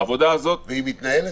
והיא מתנהלת?